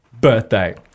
birthday